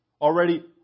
already